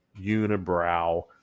Unibrow